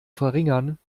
verringern